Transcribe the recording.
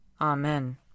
Amen